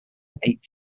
eighth